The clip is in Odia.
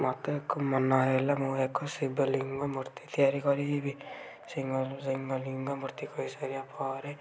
ମୋତେ ଏକ ମନ ହେଲା ମୁଁ ଏକ ଶିବ ଲିଙ୍ଗ ମୂର୍ତ୍ତି ତିଆରି କରିବି ଶିଙ୍ଗ ଶିଙ୍ଗ ଲିଙ୍ଗ ମୂର୍ତ୍ତି କରିସାରିବା ପରେ